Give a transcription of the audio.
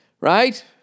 right